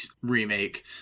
remake